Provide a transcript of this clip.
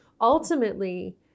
ultimately